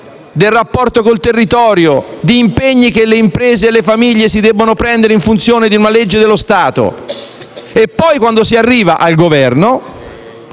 del rapporto col territorio, di impegni che le imprese e le famiglie si devono prendere in funzione di una legge dello Stato e poi, quando si arriva al Governo,